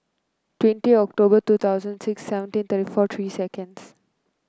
twenty October two thousand and six seventeen thirty four seconds